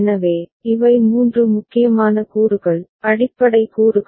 எனவே இவை மூன்று முக்கியமான கூறுகள் அடிப்படை கூறுகள்